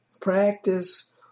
practice